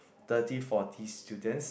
thirty forty students